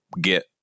get